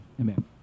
amen